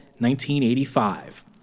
1985